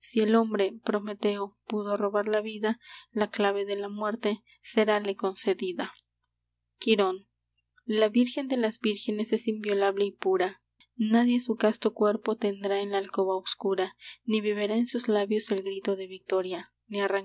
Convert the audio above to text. si el hombre prometeo pudo robar la vida la clave de la muerte serále concedida quirón la virgen de las vírgenes es inviolable y pura nadie su casto cuerpo tendrá en la alcoba obscura ni beberá en sus labios el grito de victoria